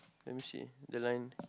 let me see the line